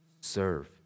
serve